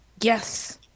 yes